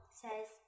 says